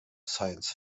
science